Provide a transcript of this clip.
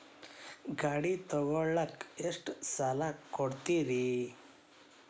ಗಾಡಿ ತಗೋಳಾಕ್ ಎಷ್ಟ ಸಾಲ ಕೊಡ್ತೇರಿ?